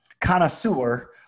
connoisseur